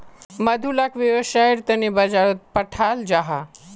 मधु लाक वैव्सायेर तने बाजारोत पठाल जाहा